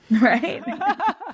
Right